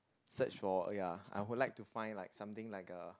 search for ya I would like to find like something like a